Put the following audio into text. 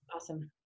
awesome